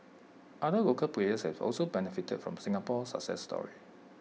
other local players have also benefited from the Singapore success story